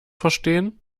verstehen